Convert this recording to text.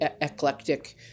eclectic